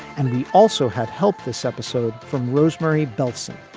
and we also had help. this episode from rosemary bellson,